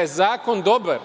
je zakon dobar,